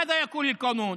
מה אומר החוק?